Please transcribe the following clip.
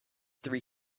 three